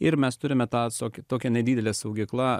ir mes turime tą tokį tokią nedidelę saugykla